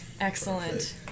Excellent